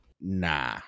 nah